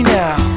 now